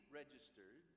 registered